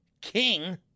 King